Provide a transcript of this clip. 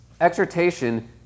exhortation